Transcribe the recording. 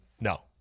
no